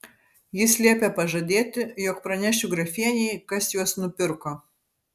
jis liepė pažadėti jog pranešiu grafienei kas juos nupirko